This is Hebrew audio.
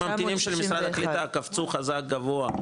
וממתינים של משרד הקליטה קפצו חזק גבוה,